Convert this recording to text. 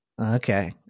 Okay